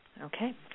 Okay